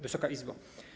Wysoka Izbo!